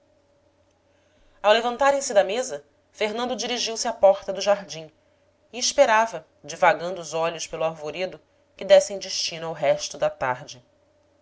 as minúcias ao levantarem se da mesa fernando dirigiu-se à porta do jardim e esperava divagando os olhos pelo arvoredo que dessem destino ao resto da tarde